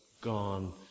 gone